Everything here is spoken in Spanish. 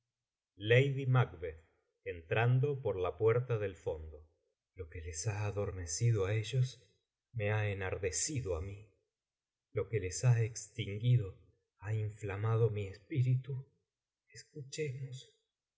lady macbeth y macbeth lady mac entrando por la puerta del fondo lo que les ha adormecido á ellos me ha enardecido á mí lo que les ha extinguido ha inflamado mi espíritu escuchemos